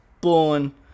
born